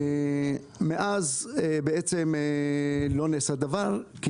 מאז לא נעשה דבר.